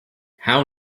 how